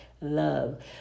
Love